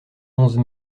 onze